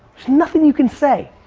there's nothing you can say.